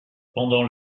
pendant